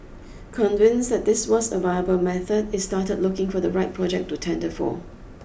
convinced that this was a viable method it started looking for the right project to tender for